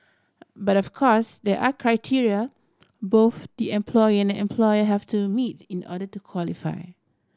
but of course there are criteria both the employee and employer have to meet in order to qualify